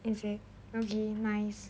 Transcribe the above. is it okay nice